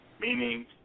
meaning